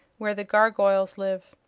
where the gargoyles live.